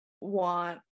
want